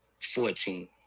Fourteen